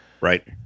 Right